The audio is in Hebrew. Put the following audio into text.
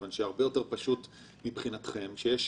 כיון שהרבה יותר פשוט מבחינתכם שיש